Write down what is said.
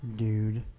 dude